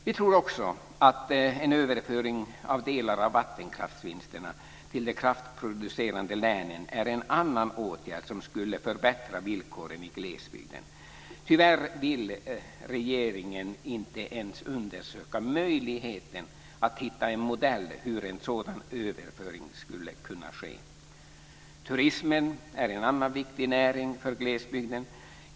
Vi tror också att en överföring av delar av vattenkraftsvinsterna till de kraftproducerande länen är en annan åtgärd som skulle förbättra villkoren i glesbygden. Tyvärr vill regeringen inte ens undersöka möjligheten att hitta en modell för hur en sådan överföring skulle kunna ske. Turismen är en annan viktig näring för glesbygden.